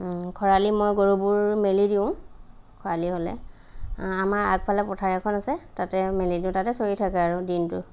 খৰালি মই গৰুবোৰ মেলি দিওঁ খৰালি হ'লে আমাৰ আগফালে পথাৰ এখন আছে তাতে মেলি দিওঁ তাতে চৰি থাকে আৰু দিনটো